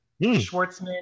Schwartzman